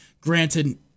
granted